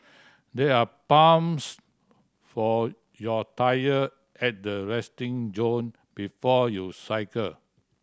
there are pumps for your tyre at the resting zone before you cycle